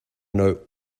know